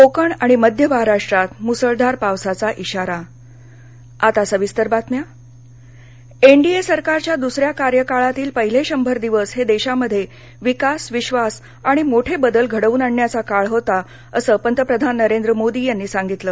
कोकण आणि मध्य महाराष्ट्रात मुसळधार पावसाचा इशारा मोदी शंभर दिवस एनडीए सरकारच्या दुसऱ्या कार्यकाळातील पहिले शंभर दिवस हे देशामध्ये विकास विश्वास आणि मोठे बदल घडवून आणण्याचा काळ होता असं पंतप्रधान नरेंद्र मोदी यांनी संगितलं